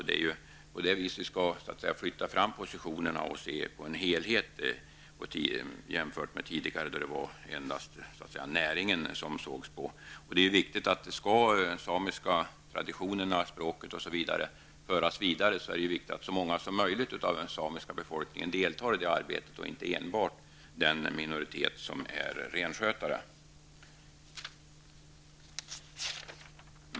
Det är genom en sådan som vi skall kunna flytta fram positionerna, så att vi kan se den samiska kulturen som en helhet. Tidigare har det endast varit rennäringen som man i detta sammanhang tagit hänsyn till. Skall de samiska traditionerna, kulturen och språket kunna fortleva är det viktigt att så många som möjligt i den samiska befolkningen deltar i det arbetet och inte enbart den minoritet som renskötarna utgör.